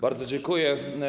Bardzo dziękuję.